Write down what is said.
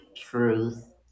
truth